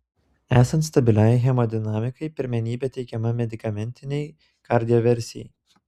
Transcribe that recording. esant stabiliai hemodinamikai pirmenybė teikiama medikamentinei kardioversijai